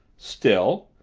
still,